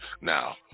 Now